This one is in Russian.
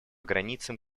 границам